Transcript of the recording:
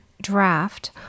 Draft